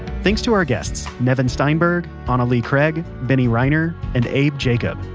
thanks to our guests nevin steinberg, ah anna-lee craig, benny reiner, and abe jacob.